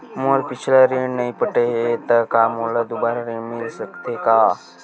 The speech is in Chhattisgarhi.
मोर पिछला ऋण नइ पटे हे त का मोला दुबारा ऋण मिल सकथे का?